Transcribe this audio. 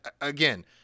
again